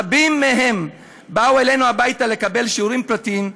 רבים מהם באו אלינו הביתה לקבל שיעורים פרטיים,